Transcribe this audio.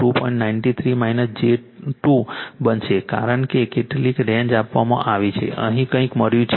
93 j 2 બનશે કારણ કે કેટલીક રેન્જ આપવામાં આવી છે અહીં કંઈક મળ્યું છે